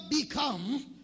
become